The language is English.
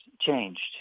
changed